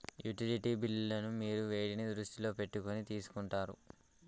Utility బిల్లులను మీరు వేటిని దృష్టిలో పెట్టుకొని తీసుకుంటారు?